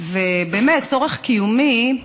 באמת צורך קיומי,